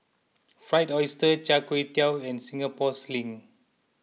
Fried Oyster Char Kway Teow and Singapore Sling